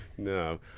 no